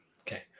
okay